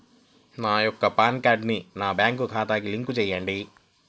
నా యొక్క పాన్ కార్డ్ని నా బ్యాంక్ ఖాతాకి లింక్ చెయ్యండి?